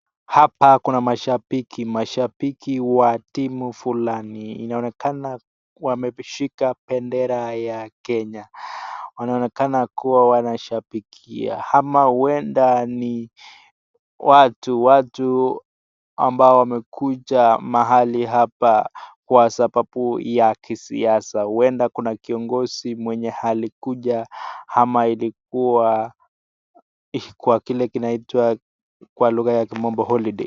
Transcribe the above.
Hapa kuna mashabiki, mashabiki wa timu fulani. Inaonekana wameshika bendera kenya, wanaonekana kuwa wanshabikia ama huenda ni watu ambao wamekuja mahali hapa kwa sababu ya kisiasa. Huenda kuna kiongozi amekuja ana ilikuwa ile inaitwa kwa lugha ya kimombo holiday .